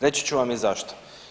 Reći ću vam i zašto.